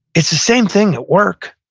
it's the same thing at work,